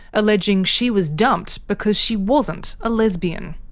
alleging she was dumped because she wasn't a lesbian.